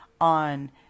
on